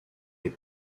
les